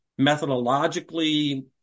methodologically